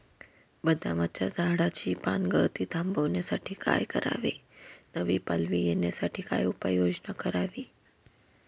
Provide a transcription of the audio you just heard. बदामाच्या झाडाची पानगळती थांबवण्यासाठी काय करावे? नवी पालवी येण्यासाठी काय उपाययोजना करावी?